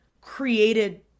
created